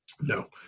No